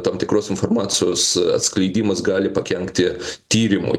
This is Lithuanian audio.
tam tikros informacijos atskleidimas gali pakenkti tyrimui